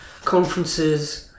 conferences